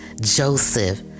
Joseph